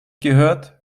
gehört